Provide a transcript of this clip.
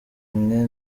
mwe